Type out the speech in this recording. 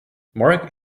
marek